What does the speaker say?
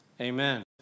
Amen